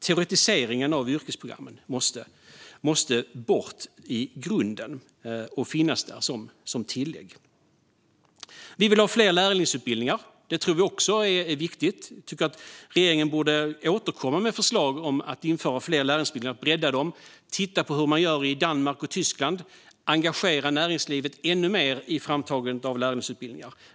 Teoretiseringen av yrkesprogrammen måste bort i grunden men finnas där som tillägg. Vi vill ha fler lärlingsutbildningar. Detta tror vi är viktigt. Vi tycker att regeringen borde återkomma med förslag om att införa fler lärlingsutbildningar, bredda dessa, titta på hur man gör i Danmark och Tyskland och engagera näringslivet ännu mer i framtagandet av lärlingsutbildningar.